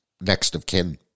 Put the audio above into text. next-of-kin